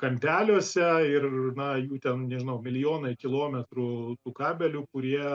kampeliuose ir na jų ten nežinau milijonai kilometrų tų kabelių kurie